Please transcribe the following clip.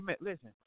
listen